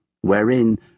wherein